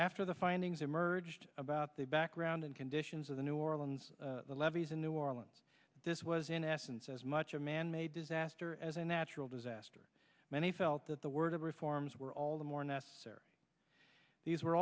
after the findings emerged about the background and conditions of the new orleans levees in new orleans this was in essence as much a manmade disaster as a natural disaster many felt that the word reforms were all the more necessary these were